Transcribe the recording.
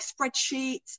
spreadsheets